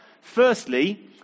firstly